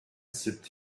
sipped